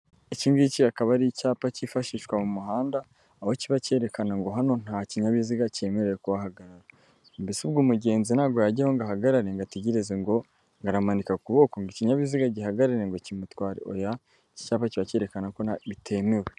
Ikingiki akaba ari icyapa cyifashishwa mu muhanda aho kiba cyerekana ngo hano nta kinyabiziga cyemerewe kuhahagarara mbese ubwo umugenzi ntabwo yajyaho ngo ahagarare ngo ategereze ngo aramanika ukuboko ikinyabiziga gihahagare ngo kimutware oya iki cyapa kiba cyerekana ko bitemewe.